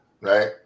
right